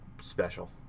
special